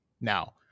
Now